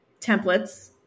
templates